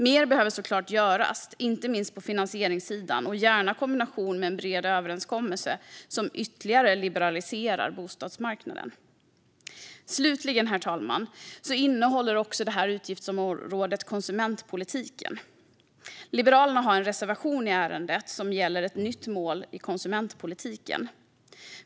Mer behöver såklart göras, inte minst på finansieringssidan och gärna i kombination med en bred överenskommelse som ytterligare liberaliserar bostadsmarknaden. Slutligen, herr talman, innehåller detta utgiftsområde även konsumentpolitiken. Liberalerna har en reservation i ärendet som gäller ett nytt mål för konsumentpolitiken.